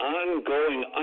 ongoing